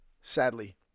sadly